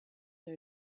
are